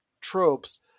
tropes